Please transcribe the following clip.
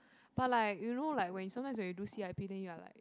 but like you know like when sometimes when you do c_i_p then you are like